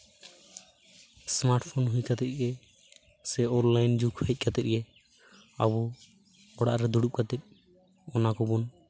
smart phone ᱦᱩᱭ ᱠᱟᱛᱮ ᱜᱮ ᱥᱮ ᱚᱱᱞᱟᱭᱤᱱ ᱡᱩᱜᱽ ᱦᱮᱡ ᱠᱟᱛᱮ ᱜᱮ ᱟᱵᱚ ᱚᱲᱟᱜ ᱨᱮ ᱫᱩᱲᱩᱵ ᱠᱟᱛᱮ ᱚᱱᱟ ᱠᱚᱵᱚᱱ